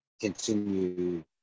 continue